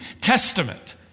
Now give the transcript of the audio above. testament